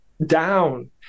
down